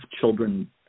Children